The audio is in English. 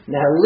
Now